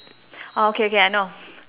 orh okay okay I know